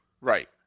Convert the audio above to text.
Right